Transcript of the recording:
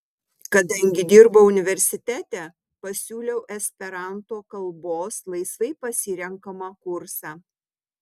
kadangi dirbau universitete pasiūliau esperanto kalbos laisvai pasirenkamą kursą